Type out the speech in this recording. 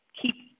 keep